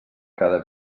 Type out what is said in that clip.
cada